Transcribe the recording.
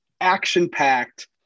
action-packed